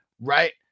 right